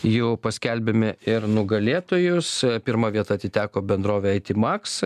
jau paskelbėme ir nugalėtojus pirma vieta atiteko bendrovei ei ti maks